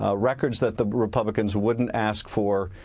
ah records that the republicans wouldn't ask for.